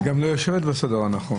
היא גם לא יושבת בסדר הנכון.